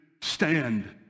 stand